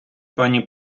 пані